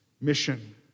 mission